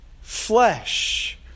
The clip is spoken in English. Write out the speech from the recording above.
flesh